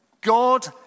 God